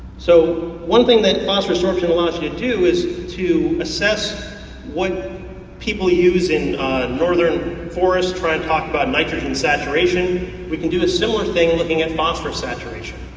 so one thing that phosphorous sorption allows you to do is to assess what people using northern forest try and talk about nitrogen saturation. we can do a similar thing looking at phosphorous saturation.